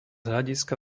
hľadiska